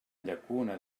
llacuna